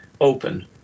open